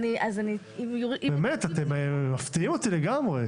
באמת אתם מפתיעים אותי לגמרי.